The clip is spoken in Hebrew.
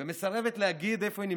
ומסרבת להגיד איפה היא נמצאת.